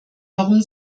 warum